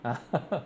ah